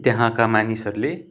त्यहाँका मानिसहरूले